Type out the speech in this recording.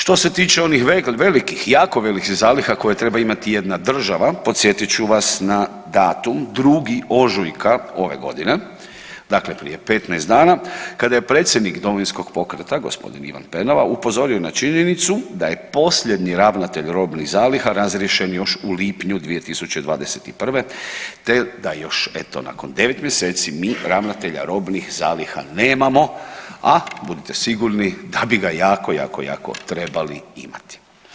Što se tiče onih velikih i jako velikih zaliha koje treba imati jedna država, podsjetit ću vas na datum, 2. ožujka ove godine dakle prije 15 dana kada je predsjednik Domovinskog pokreta g. Ivan Penava upozorio na činjenicu da je posljednji ravnatelj robnih zaliha razriješen još u lipnju 2021., te da još eto nakon 9 mjeseci mi ravnatelja robnih zaliha nemamo, a budite sigurno da bi ga jako, jako, jako trebali imati.